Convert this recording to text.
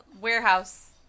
warehouse